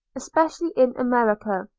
especialy in america.